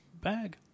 bag